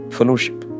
Fellowship